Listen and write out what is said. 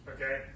Okay